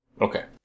Okay